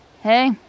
Hey